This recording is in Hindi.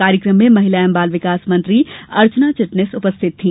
कार्यक्रम में महिला एवं बाल विकास मंत्री अर्चना चिटनिस उपस्थित थी